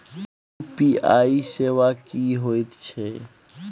UPI सेवा की होयत छै?